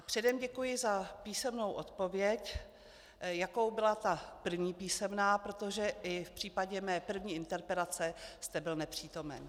Předem děkuji za písemnou odpověď, jakou byla první písemná, protože i v případě mé první interpelace jste byl nepřítomen.